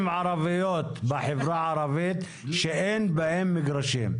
ערביות בחברה הערבית שאין בהם מגרשים.